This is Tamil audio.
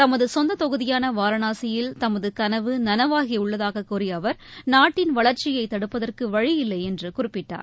தமதுசொந்ததொகுதியானவாரணாசியில் தமதுகனவு நனவாகிஉள்ளதாகக் கூறியஅவர் நாட்டன் வளர்ச்சியைதடுப்பதற்குவழியில்லைஎன்றுகுறிப்பிட்டார்